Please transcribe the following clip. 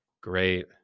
Great